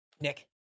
Nick